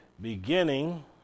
beginning